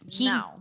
No